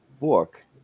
book